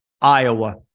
Iowa